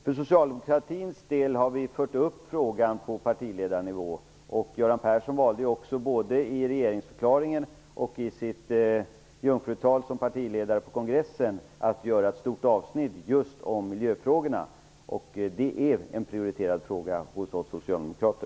För socialdemokratins del har vi fört upp frågan på partiledarnivå. Göran Persson valde ju att både i regeringsförklaringen och i sitt jungfrutal som partiledare på kongressen att ha ett stort avsnitt om just miljöfrågorna. Detta är en prioriterad fråga för oss socialdemokrater.